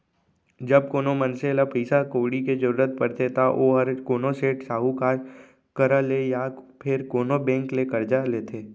जब कोनो मनसे ल पइसा कउड़ी के जरूरत परथे त ओहर कोनो सेठ, साहूकार करा ले या फेर कोनो बेंक ले करजा लेथे